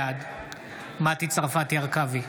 בעד מטי צרפתי הרכבי,